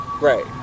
right